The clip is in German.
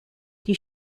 die